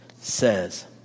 says